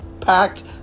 Packed